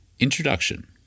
Introduction